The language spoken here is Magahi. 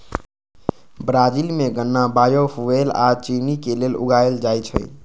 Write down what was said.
ब्राजील में गन्ना बायोफुएल आ चिन्नी के लेल उगाएल जाई छई